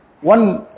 One